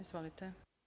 Izvolite.